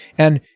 and